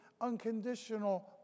unconditional